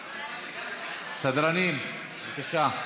סדרנים, בבקשה,